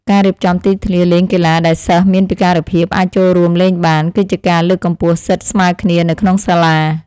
ការរៀបចំទីធ្លាលេងកីឡាដែលសិស្សមានពិការភាពអាចចូលរួមលេងបាន គឺជាការលើកកម្ពស់សិទ្ធិស្មើគ្នានៅក្នុងសាលា។